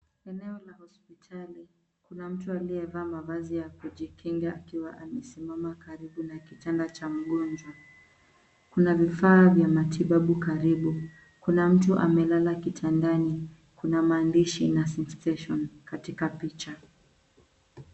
Eneo la hospitali. Kuna mtu aliyevaa mavazi ya kujikinga akiwa amesimama karibu na kitanda cha mgonjwa. Kuna vifaa vya matibabu karibu. Kuna mtu amelala kitandani. Kuna maandishi, Nursing Station , katika picha.